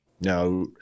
Now